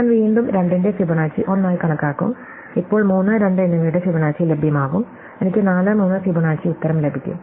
ഞാൻ വീണ്ടും 2 ന്റെ ഫിബൊനാച്ചി 1 ആയി കണക്കാക്കും ഇപ്പോൾ 3 2 എന്നിവയുടെ ഫിബൊനാച്ചി ലഭ്യമാകും എനിക്ക് 4 3 ഫിബൊനാച്ചി ഉത്തരം ലഭിക്കും